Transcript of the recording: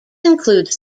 includes